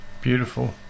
Beautiful